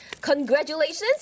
Congratulations